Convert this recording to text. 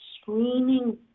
screening